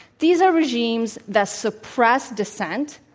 these are regimes that suppress dissent,